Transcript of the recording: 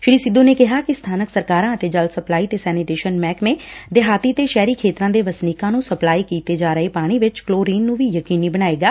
ਸ੍ਰੀ ਸਿੱਧੁ ਨੇ ਕਿਹਾ ਕਿ ਸਬਾਨਕ ਸਰਕਾਰਾਂ ਅਤੇ ਜਲ ਤੇ ਸੈਨੀਟੇਸ਼ਨ ਮਹਿਕਮੇ ਦੇਹਾਤੀ ਤੇ ਸ਼ਹਿਰੀ ਖੇਤਰਾਂ ਦੇ ਵਸਨੀਕਾ ਨੂੰ ਸਪਲਾਈ ਕੀਤੇ ਜਾ ਰਹੇ ਪਾਣੀ ਵਿਚ ਕਲੋਰੀਨ ਨੂੰ ਵੀ ਯਕੀਨੀ ਬਣਾਏਗਾ